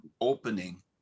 opening